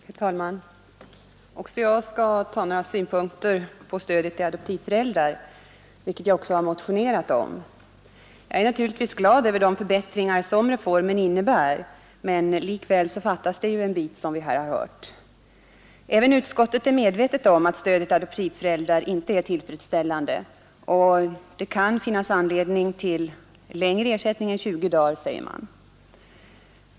Herr talman! Också jag skall anföra några synpunkter på stödet till adoptivföräldrar, vilket jag har motionerat om. Jag är naturligtvis glad över de förbättringar som reformen innebär, men likväl fattas det en bit, som vi här har hört. Även utskottet är medvetet om att stödet till adoptivföräldrar inte är tillfredsställande. Det kan finnas anledning till ersättning under längre tid än 20 dagar, säger man.